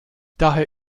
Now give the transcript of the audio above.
daher